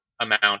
amount